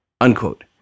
unquote